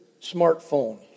smartphone